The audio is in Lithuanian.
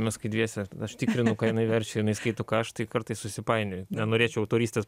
mes kai dviese aš tikrinau ką jinai verčia jinai skaito ką aš tai kartais susipainioju nenorėčiau autorystės